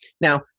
Now